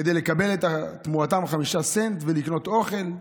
כדי לקבל תמורתם חמישה סנט ולקנות אוכל.